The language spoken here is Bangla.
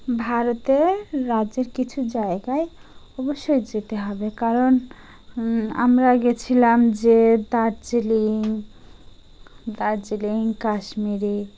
ভারতের রাজ্যের কিছু জায়গায় অবশ্যই যেতে হবে কারণ আমরা গেছিলাম যে দার্জিলিং দার্জিলিং কাশ্মীর